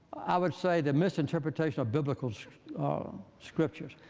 i would say, the misinterpretation of biblical scriptures.